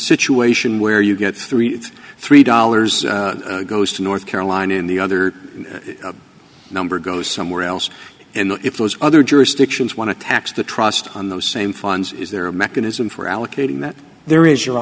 situation where you get three it's three dollars goes to north carolina and the other number goes somewhere else and if those other jurisdictions want to tax the trust on those same funds is there a mechanism for allocating that there is you